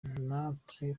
natwe